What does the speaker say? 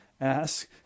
ask